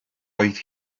oedd